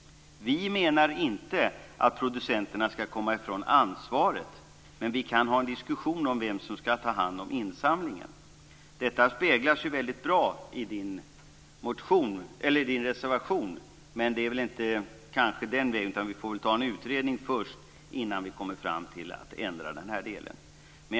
Vi menar inte att producenterna skall komma ifrån ansvaret, men vi kan ha en diskussion om vem som skall ta hand om insamlingen. Detta speglas ju väldigt bra i Harald Nordlunds reservation, men vi får väl se till att det blir en utredning först innan vi kommer fram till att göra ändringar i den här delen.